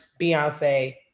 Beyonce